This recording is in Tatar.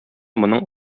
моның